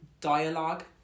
dialogue